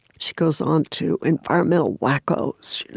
she goes on to environmental wackos,